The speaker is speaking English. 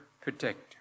protector